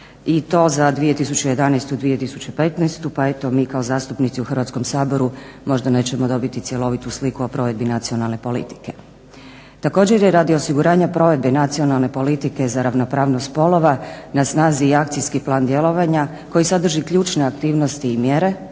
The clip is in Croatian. i to za 2011. - 2015. pa eto mi kao zastupnici u Hrvatskom saboru možda nećemo dobiti cjelovitu sliku o provedbi nacionalne politike. Također je radi osiguranja provedbe Nacionalne politike za ravnopravnost spolova na snazi i Akcijski plan djelovanja koji sadrži ključne aktivnosti i mjere